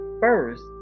first